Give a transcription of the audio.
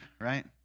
right